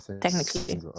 technically